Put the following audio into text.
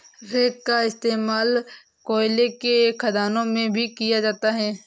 rake का इश्तेमाल कोयले के खदानों में भी किया जाता है